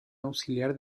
auxiliar